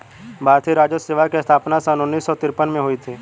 भारतीय राजस्व सेवा की स्थापना सन उन्नीस सौ तिरपन में हुई थी